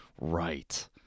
right